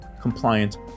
compliant